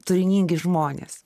turiningi žmonės